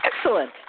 Excellent